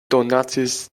donacis